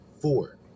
four